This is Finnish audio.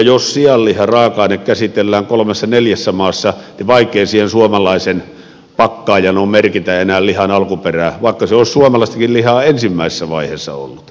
jos sianliharaaka aine käsitellään kolmessa neljässä maassa niin vaikea siihen suomalaisen pakkaajan on merkitä enää lihan alkuperää vaikka se olisi suomalaistakin lihaa ensimmäisessä vaiheessa ollut